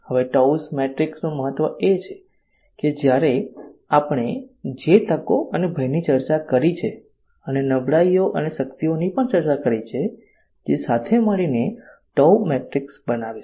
હવે TOWS મેટ્રિક્સનું મહત્વ એ છે કે આપણે જે તકો અને ભયની ચર્ચા કરી છે અને નબળાઈઓ અને શક્તિઓ ની પણ ચર્ચા કરી છે જે સાથે મળીને TOW મેટ્રિક્સ બનાવીશું